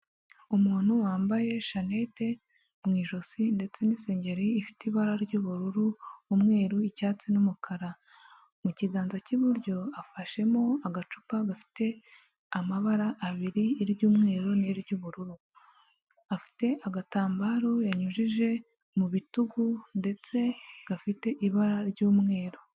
Umuntu wambaye shanete mu ijosi ndetse n'isengeri ifite ibara ry'ubururu, umweru, icyatsi n'umukara, mu kiganza cy'iburyo afashemo agacupa gafite amabara abiri, iry'umweru , niry'ubururu afite agatambaro yanyujije mu bitugu ndetse gafite ibara ry'umweru.